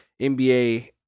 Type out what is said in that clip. NBA